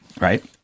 Right